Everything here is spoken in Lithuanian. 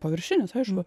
paviršinis aišku